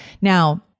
now